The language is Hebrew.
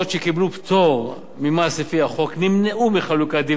פטור ממס לפי החוק נמנעו מחלוקת דיבידנד,